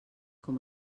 com